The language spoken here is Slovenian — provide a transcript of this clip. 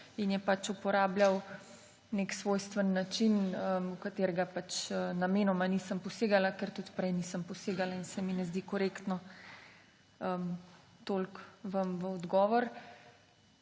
in je pač uporabljal nek svojstven način, v katerega pač namenoma nisem posegala, ker tudi prej nisem posegala in se mi ne zdi korektno. Toliko vam v odgovor.